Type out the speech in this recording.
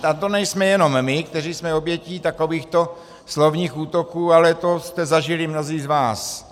A to nejsme jenom my, kteří jsme obětí takovýchto slovních útoků, ale to jste zažili mnozí z vás.